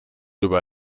über